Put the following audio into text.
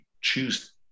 choose